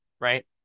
right